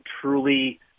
truly